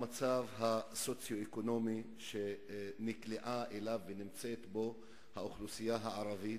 המצב הסוציו-אקונומי שנקלעה אליו ונמצאת בו האוכלוסייה הערבית,